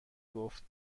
گفت